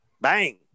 Bang